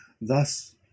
Thus